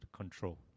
control